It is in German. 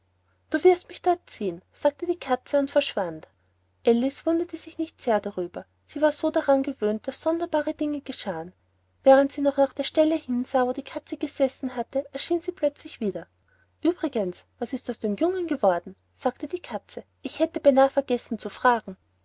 du wirst mich dort sehen sagte die katze und verschwand alice wunderte sich nicht sehr darüber sie war so daran gewöhnt daß sonderbare dinge geschahen während sie noch nach der stelle hinsah wo die katze gesessen hatte erschien sie plötzlich wieder uebrigens was ist aus dem jungen geworden sagte die katze ich hätte beinah vergessen zu fragen